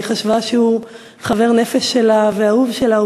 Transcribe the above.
שהיא חשבה שהוא חבר נפש שלה ואהוב שלה,